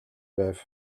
байв